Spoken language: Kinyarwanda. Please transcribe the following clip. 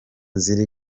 ziri